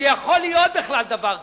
שיכול להיות בכלל דבר כזה.